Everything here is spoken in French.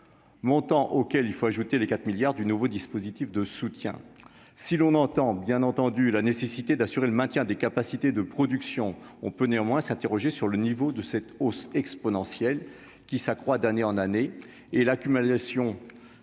montant auquel il faut ajouter les 4 milliards du nouveau dispositif de soutien, si l'on entend bien entendu la nécessité d'assurer le maintien des capacités de production, on peut néanmoins s'interroger sur le niveau de cette hausse exponentielle qui s'accroît d'année en année et l'accumulation